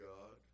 God